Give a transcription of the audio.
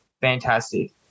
fantastic